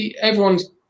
everyone's